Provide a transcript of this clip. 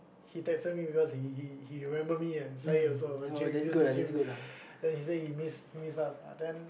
he texted me because he he he remember me and Zaid also gym we used to gym then he say he miss he miss us uh then